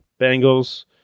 Bengals